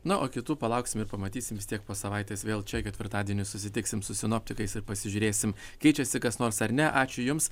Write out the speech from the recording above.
na o kitų palauksim ir pamatysim vis tiek po savaitės vėl čia ketvirtadienį susitiksim su sinoptikais ir pasižiūrėsim keičiasi kas nors ar ne ačiū jums